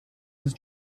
als